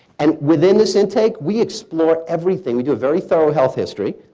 and within this intake, we explore everything. we do a very thorough health history,